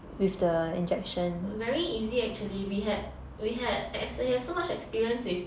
very easy actually we had we had as we have so much experience with